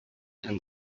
and